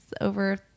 over